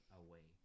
away